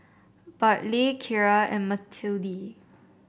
Bartley Kira and Matilde